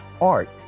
Art